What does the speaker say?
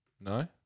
no